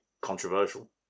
controversial